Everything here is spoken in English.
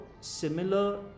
similar